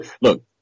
look